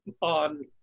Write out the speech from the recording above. on